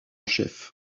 chef